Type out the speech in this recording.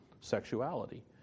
sexuality